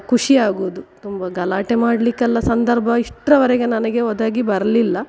ಖುಷಿಯಾಗುವುದು ತುಂಬ ಗಲಾಟೆ ಮಾಡಲಿಕ್ಕೆಲ್ಲ ಸಂದರ್ಭ ಇಷ್ಟರವರೆಗೆ ನನಗೆ ಒದಗಿ ಬರಲಿಲ್ಲ